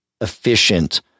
efficient